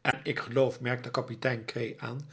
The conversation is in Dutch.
en ik geloof merkte kapitein cret aan